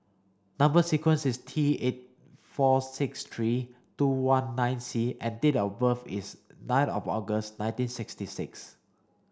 number sequence is T eight four six three two one nine C and date of birth is nine of August nineteen sixty six